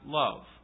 love